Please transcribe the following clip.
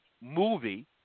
movie